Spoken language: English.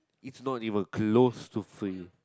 it's not it will close to free